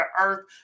earth